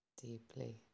deeply